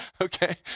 okay